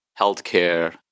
healthcare